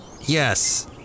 Yes